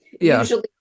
usually